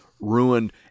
ruined